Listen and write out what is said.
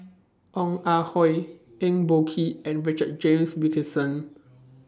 Ong Ah Hoi Eng Boh Kee and Richard James Wilkinson